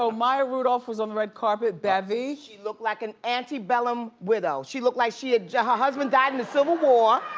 so maya rudolph was on the red carpet, bevy. she looked like an antebellum widow. she looked like she had, her husband died in the civil war.